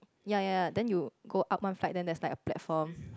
ya ya ya then you go up one flight then there's like a platform